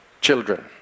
Children